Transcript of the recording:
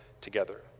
together